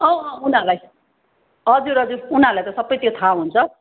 अँ उनीहरूलाई हजुर हजुर उनीहरूलाई त सबै त्यो थाहा हुन्छ